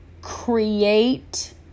create